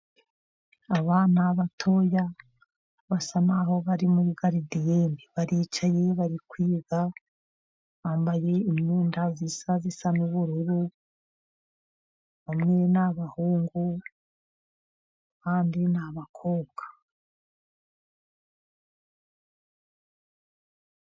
Abana batoya basa naho bari muri garidiyene baricaye bari kwiga bambaye imyenda isa, isa n'ubururu, bamwe ni abahungu abandi ni abakobwa.